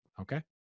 Okay